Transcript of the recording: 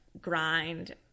grind